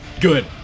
Good